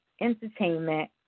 Entertainment